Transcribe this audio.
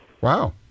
Wow